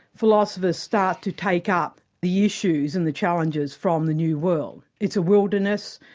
philosophers start to take up the issues and the challenges from the new world. it's a wilderness,